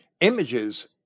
images